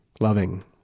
loving